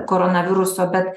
koronaviruso bet